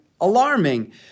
alarming